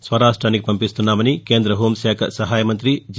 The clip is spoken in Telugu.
స్వరాష్ట్రానికి పంపిస్తున్నామని కేంద్ర హోంశాఖ సహాయమంతి జి